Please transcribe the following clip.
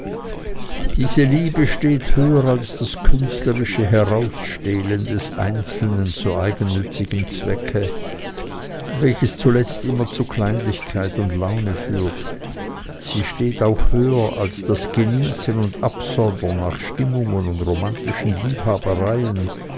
diese liebe steht höher als das künstlerische herausstehlen des einzelnen zu eigennützigem zwecke welches zuletzt immer zu kleinlichkeit und laune führt sie steht auch höher als das genießen und absondern nach stimmungen und romantischen liebhabereien